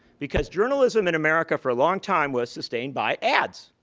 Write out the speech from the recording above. because journalism in america for a long time was sustained by ads.